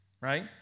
right